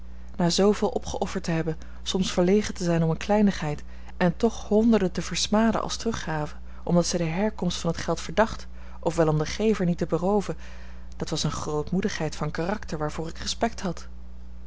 na zooveel opgeofferd te hebben soms verlegen te zijn om een kleinigheid en toch honderden te versmaden als teruggave omdat zij de herkomst van het geld verdacht of wel om den gever niet te berooven dat was eene grootmoedigheid van karakter waarvoor ik respect had